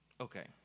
Okay